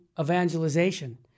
evangelization